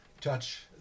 touch